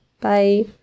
Bye